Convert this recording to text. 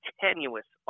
tenuous